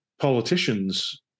politicians